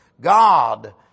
God